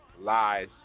Lies